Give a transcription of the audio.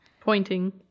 pointing